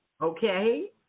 Okay